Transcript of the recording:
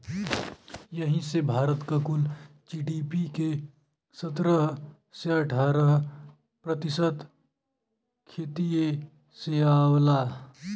यही से भारत क कुल जी.डी.पी के सत्रह से अठारह प्रतिशत खेतिए से आवला